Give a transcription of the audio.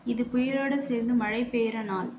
இது புயலோடு சேர்ந்து மழை பெய்கிற நாள்